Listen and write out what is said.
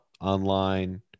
online